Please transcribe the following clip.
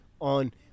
on